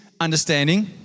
understanding